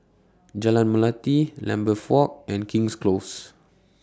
Jalan Melati Lambeth Walk and King's Close